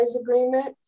agreement